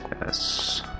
Yes